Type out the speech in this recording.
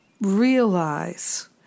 realize